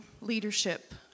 leadership